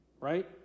right